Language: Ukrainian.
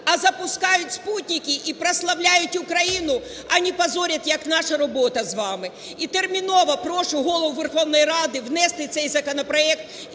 а запускають супутники і прославляють Україну, а не позорять, як наша робота з вами. І терміново прошу Голову Верховної Ради внести цей законопроект